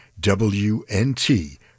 WNT